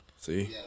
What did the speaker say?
See